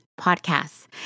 Podcasts